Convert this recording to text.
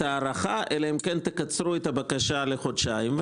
ההארכה אלא אם כן תקצרו את הבקשה לחודשיים,